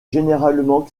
généralement